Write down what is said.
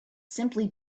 simply